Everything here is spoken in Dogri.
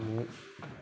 में